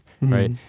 right